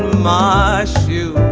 my shoe